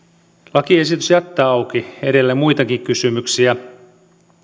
lakiesitys jättää auki edelleen muitakin kysymyksiä